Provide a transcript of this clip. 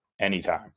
anytime